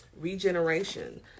Regeneration